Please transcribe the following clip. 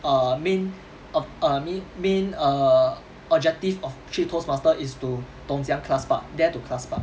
err main err err I mean main err objective of 去 toastmaster is to 懂怎样 class part dare to class part